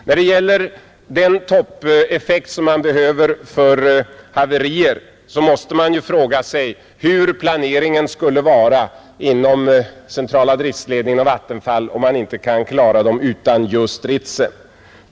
När det gäller den toppeffekt som behövs vid haverier måste man fråga sig hur planeringen skulle vara inom centrala driftledningen och Vattenfall om de inte kan klara haverierna utan just Ritsem.